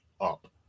up